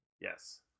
Yes